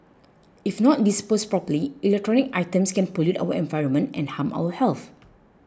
if not disposed properly electronic items can pollute our environment and harm our health